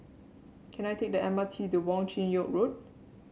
can I take the M R T to Wong Chin Yoke Road